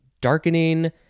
Darkening